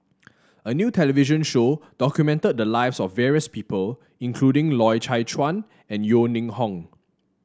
a new television show documented the lives of various people including Loy Chye Chuan and Yeo Ning Hong